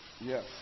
Yes